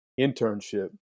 internship